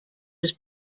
was